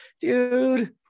dude